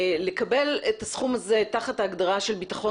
לקבל את הסכום הזה תחת ההגדרה של בטחון